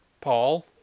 Paul